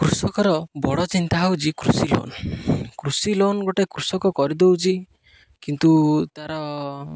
କୃଷକର ବଡ଼ ଚିନ୍ତା ହଉଚି କୃଷି ଲୋନ୍ କୃଷି ଲୋନ୍ ଗୋଟେ କୃଷକ କରିଦଉଚି କିନ୍ତୁ ତାର